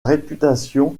réputation